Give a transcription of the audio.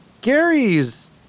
Gary's